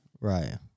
Right